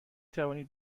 توانید